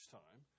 time